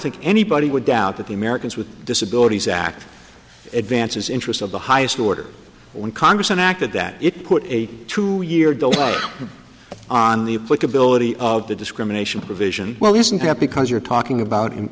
think anybody would doubt that the americans with disabilities act advances interest of the highest order when congress enacted that it put a two year delay on the ability of the discrimination provision well isn't that because you're talking about in